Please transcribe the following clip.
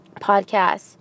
podcast